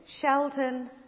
Sheldon